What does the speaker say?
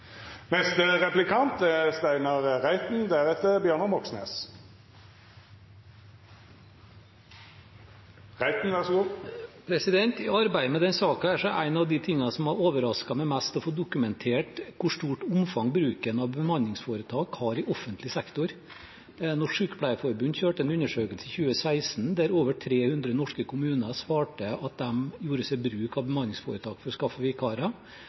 I arbeidet med denne saken er en av de tingene som har overrasket meg mest, å få dokumentert hvor stort omfang bruken av bemanningsforetak har i offentlig sektor. Norsk Sykepleierforbund kjørte en undersøkelse i 2016 der over 300 norske kommuner svarte at de gjorde seg bruk av bemanningsforetak for å skaffe vikarer,